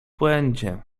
błędzie